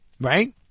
right